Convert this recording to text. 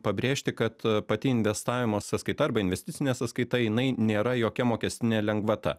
pabrėžti kad pati investavimo sąskaita arba investicinė sąskaita jinai nėra jokia mokestinė lengvata